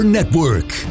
Network